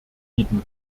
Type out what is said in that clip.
bieten